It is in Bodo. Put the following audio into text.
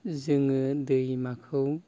जोङो दैमाखौ